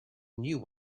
knew